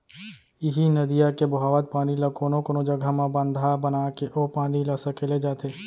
इहीं नदिया के बोहावत पानी ल कोनो कोनो जघा म बांधा बनाके ओ पानी ल सकेले जाथे